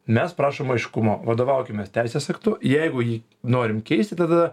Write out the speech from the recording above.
mes prašom aiškumo vadovaukimės teisės aktu jeigu jį norim keisti tada